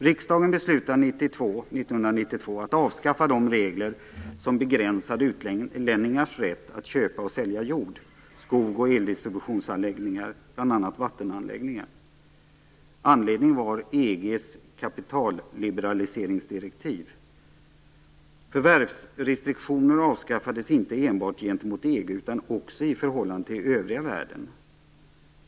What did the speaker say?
Riksdagen beslutade 1992 att avskaffa de regler som begränsade utlänningars rätt att köpa och sälja jord, skog och eldistributionsanläggningar, bl.a. vattenanläggningar. Anledningen var EG:s kapitalliberaliseringsdirektiv. Förvärvsrestriktioner avskaffades inte enbart gentemot EG utan också i förhållande till övriga världen.